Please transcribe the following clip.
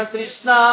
Krishna